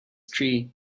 tree